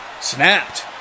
snapped